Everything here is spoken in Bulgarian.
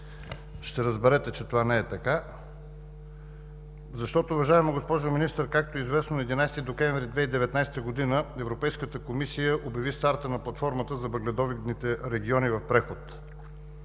Ще разберете, че това не е така, защото, уважаема госпожо Министър, както е известно на 11 декември 2019 г. Европейската комисия обяви старта на платформата за въгледобивните региони в преход.